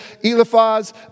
Eliphaz